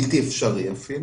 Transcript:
בלתי אפשרי אפילו.